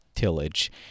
Tillage